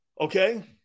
Okay